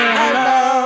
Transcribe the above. hello